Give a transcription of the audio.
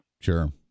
Sure